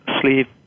sleep